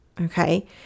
Okay